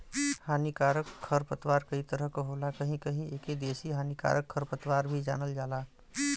हानिकारक खरपतवार कई तरह क होला कहीं कहीं एके देसी हानिकारक खरपतवार भी जानल जाला